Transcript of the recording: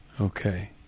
Okay